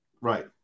Right